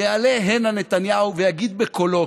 שיעלה הנה נתניהו ויגיד בקולו,